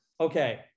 okay